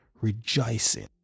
rejoicing